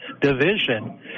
Division